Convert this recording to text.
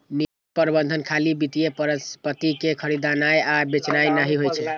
निवेश प्रबंधन खाली वित्तीय परिसंपत्ति कें खरीदनाय आ बेचनाय नहि होइ छै